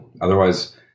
Otherwise